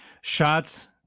Shots